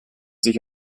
sich